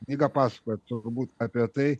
knyga pasakoja turbūt apie tai